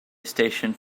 station